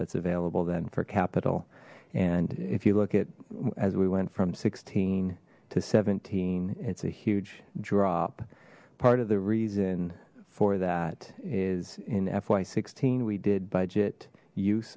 that's available then for capital and if you look at as we went from sixteen to seventeen it's a huge drop part of the reason for that is in fy sixteen we did budget